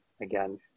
again